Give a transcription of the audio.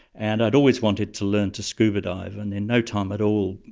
and i'd always wanted to learn to scuba-dive. and in no time at all,